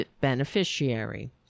beneficiary